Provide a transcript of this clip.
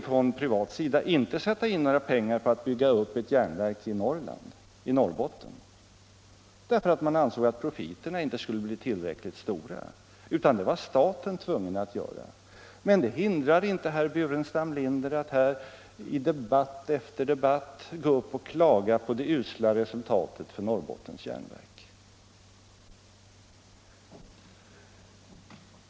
Från privat sida ville man således inte sätta in några pengar för att bygga upp ett järnverk i Norrbotten, därför att man ansåg att profiterna inte skulle bli tillräckligt stora. Det var staten i stället tvungen att göra. Men det hindrar inte att herr Burenstam Linder här i debatt efter debatt står upp och klagar på de usla resultaten för Norrbottens Järnverk.